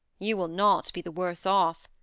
you will not be the worse off,